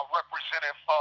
representative